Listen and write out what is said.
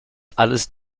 alles